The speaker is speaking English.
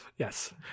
Yes